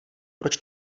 proč